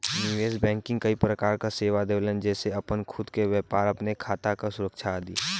निवेश बैंकिंग कई प्रकार क सेवा देवलन जेसे आपन खुद क व्यापार, अपने खाता क सुरक्षा आदि